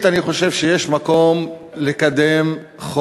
יש מקום לקדם,